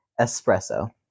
Espresso